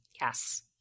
Yes